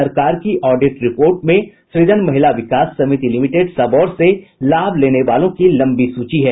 सरकार की audit report में सृजन महिला विकास समिति लिमिटेड सबौर से लाभ लेने वालों की लंबी सूची है